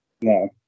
No